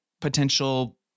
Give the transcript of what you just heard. potential